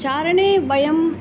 चारणे वयम्